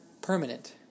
permanent